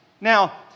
Now